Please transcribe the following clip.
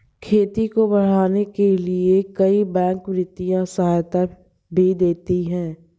खेती को बढ़ाने के लिए कई बैंक वित्तीय सहायता भी देती है